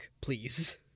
please